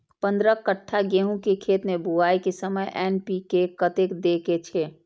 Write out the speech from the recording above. पंद्रह कट्ठा गेहूं के खेत मे बुआई के समय एन.पी.के कतेक दे के छे?